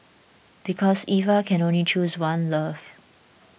because Eva can only choose one love